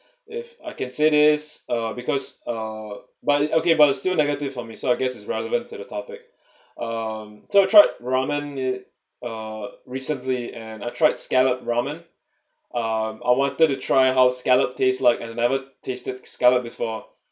if I can say this uh because uh but okay but uh still negative for me so I guess is relevant to the topic um so I tried ramen it uh recently and I tried scallop ramen um I wanted to try how scallop taste like and I never tasted scallop before